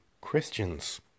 Christians